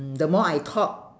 mm the more I talk